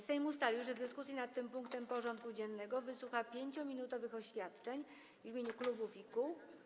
Sejm ustalił, że w dyskusji nad tym porządku dziennego wysłucha 5-minutowych oświadczeń w imieniu klubów i kół.